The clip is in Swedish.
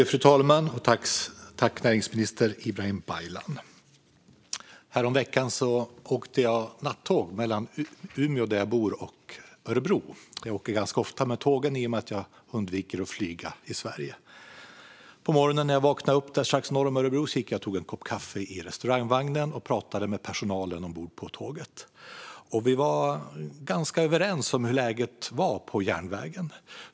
Fru talman! Häromveckan åkte jag nattåg mellan Umeå, där jag bor, och Örebro. Jag åker ganska ofta med tåg i och med att jag undviker att flyga inom Sverige. På morgonen när jag vaknade upp strax norr om Örebro gick jag och tog en kopp kaffe i restaurangvagnen och pratade med personalen på tåget. Vi var ganska överens om läget på järnvägen.